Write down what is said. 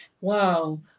Wow